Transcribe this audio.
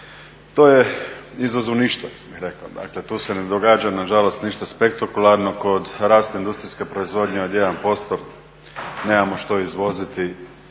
To je izvoz u ništa bih rekao, dakle tu se ne događa na žalost ništa spektakularno kod rasta industrijske proizvodnje od 1%. Nemamo što izvoziti